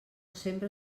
sempre